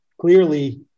clearly